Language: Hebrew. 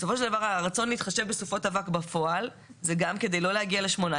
בסופו של דבר הרצון להתחשב בסופות אבק בפועל זה גם כדי לא להגיע ל-18